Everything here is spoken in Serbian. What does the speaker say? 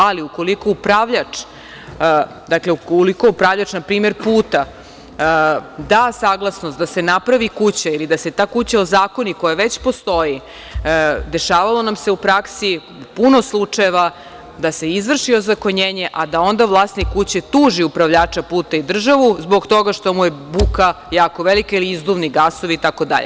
Ali, ukoliko upravljač, npr. puta, da saglasnost da se napravi kuća ili da se ta kuća ozakoni, koja već postoji, dešavalo nam se u praksi puno slučajeva da se izvrši ozakonjenje, a da onda vlasnik kuće tuži upravljača puta i državu zbog toga što mu je buka jako velika, ili izduvni gasovi itd.